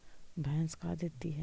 भैंस का देती है?